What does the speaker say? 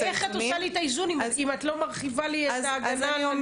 אז איך את עושה לי את האיזונים אם את לא מרחיבה לי את ההגנה על הנפגעת?